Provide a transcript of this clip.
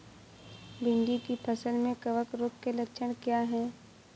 भिंडी की फसल में कवक रोग के लक्षण क्या है?